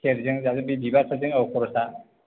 सियारजों जाबजों बे बिबारफोरजों औ खर'सा